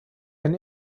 ein